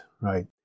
right